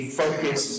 focus